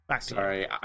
Sorry